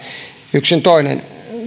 jos toinen